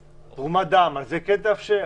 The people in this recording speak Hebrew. תרומת דם, על זה כן תאפשר?